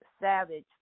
savage